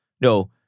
No